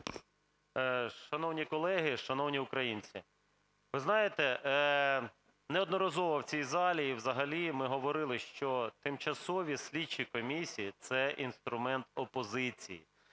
Шановні колеги, шановні українці, ви знаєте, неодноразово в цій залі і взагалі ми говорили, що тимчасові слідчі комісії – це інструмент опозиції.